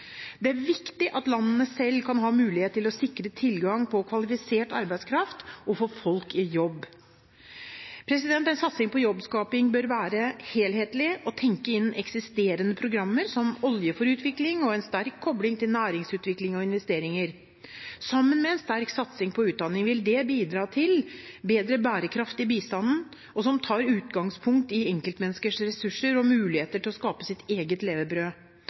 Det er viktig at landene selv kan ha mulighet til å sikre tilgang på kvalifisert arbeidskraft, og å få folk i jobb. En satsing på jobbskaping bør være helhetlig og tenke inn eksisterende programmer som olje for utvikling og en sterk kobling til næringsutvikling og investeringer. Sammen med en sterk satsing på utdanning vil dette bidra til bedre bærekraft i bistanden, som også tar utgangspunkt i enkeltmenneskers ressurser og muligheter til å skape sitt eget levebrød.